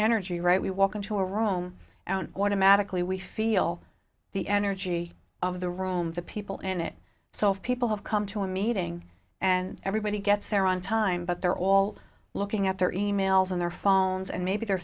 energy right we walk into a room going to magically we feel the energy of the room the people in it so if people have come to a meeting and everybody gets there on time but they're all looking at their emails and their phones and maybe they're